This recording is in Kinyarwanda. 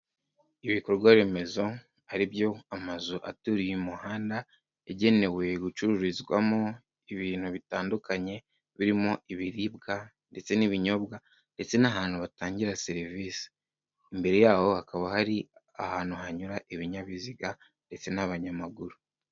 Ibikorwa remezo ari byo amazu aturiye umuhanda yagenewe gucururizwamo ibintu bitandukanye, birimo ibiribwa ndetse n'ibinyobwa ndetse n'ahantu batangira serivisi, imbere yaho hakaba hari ahantu hanyura ibinyabiziga ndetse n'abanyamaguru.